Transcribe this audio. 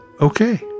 okay